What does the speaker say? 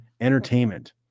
entertainment